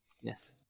yes